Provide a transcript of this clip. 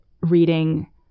reading